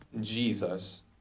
Jesus